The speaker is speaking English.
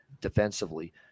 defensively